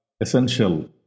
essential